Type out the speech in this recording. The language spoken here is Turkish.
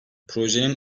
projenin